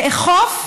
לאכוף,